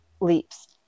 leaps